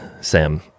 Sam